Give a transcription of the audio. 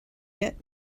yet